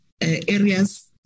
areas